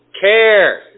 care